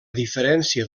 diferència